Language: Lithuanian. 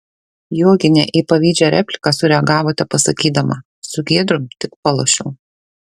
joginė į pavydžią repliką sureagavo tepasakydama su giedrium tik palošiau